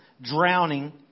drowning